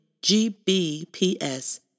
GBPS